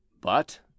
But